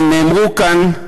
תוך כדי דיבור נאמרו כאן